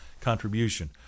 contribution